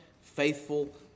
faithful